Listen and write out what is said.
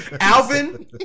Alvin